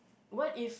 what if